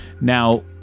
Now